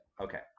Okay